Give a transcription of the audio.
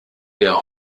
der